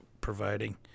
providing